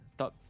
top